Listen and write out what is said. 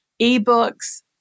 eBooks